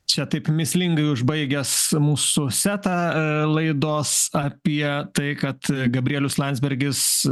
čia taip mįslingai užbaigęs mūsų setą laidos apie tai kad gabrielius landsbergis